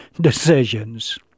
decisions